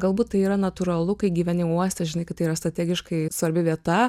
galbūt tai yra natūralu kai gyveni uoste žinai kad tai yra strategiškai svarbi vieta